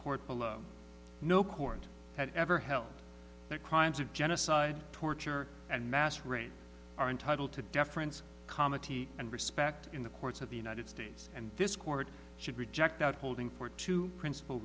court below no court had ever held their crimes of genocide torture and mass reign are entitled to deference comedy and respect in the courts of the united states and this court should reject out holding for two principal